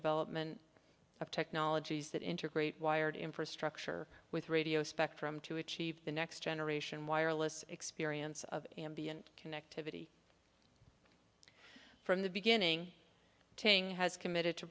development of technologies that integrate wired infrastructure with radio spectrum to achieve the next generation wireless experience of ambient connectivity from the beginning tang has committed to